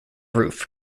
roof